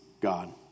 God